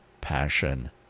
passion